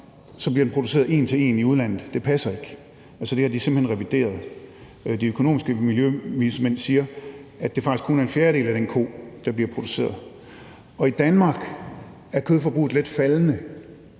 så bliver den produceret en til en i udlandet, ikke passer. Altså, det har de simpelt hen revideret. De økonomiske miljøvismænd siger, at det faktisk kun er en fjerdedel af den ko, der bliver produceret. Og i Danmark er kødforbruget lidt faldende,